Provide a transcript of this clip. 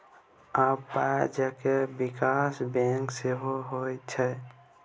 आब पाय जेंका बियाक बैंक सेहो होए छै